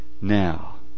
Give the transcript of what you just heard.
Now